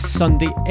sunday